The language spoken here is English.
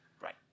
right